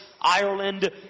Ireland